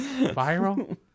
viral